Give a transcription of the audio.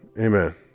Amen